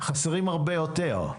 חסרים הרבה יותר.